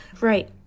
Right